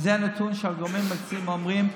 וזה נתון שהגורמים המקצועיים אומרים,